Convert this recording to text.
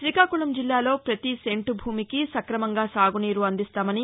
రీకాకుళం జిల్లాలో ప్రతీ సెంటు భూమికి స్కకమంగా సాగునీరు అందిస్తామని